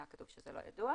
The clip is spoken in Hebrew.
היה כתוב שזה לא ידוע.